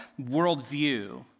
worldview